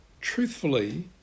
truthfully